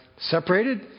separated